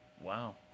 Wow